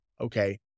okay